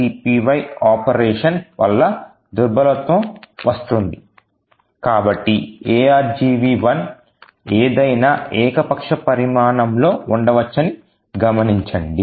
strcpy operation వల్ల vulnerability వస్తుంది కాబట్టి argv1 ఏదైనా ఏకపక్ష పరిమాణంలో ఉండవచ్చని గమనించండి